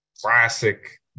classic